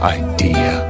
idea